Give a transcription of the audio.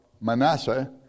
Manasseh